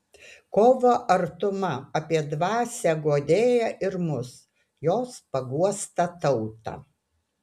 kovo artuma apie dvasią guodėją ir mus jos paguostą tautą